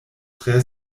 tre